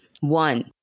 one